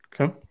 Okay